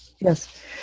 Yes